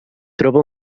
troba